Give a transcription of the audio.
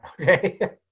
Okay